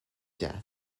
death